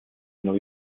new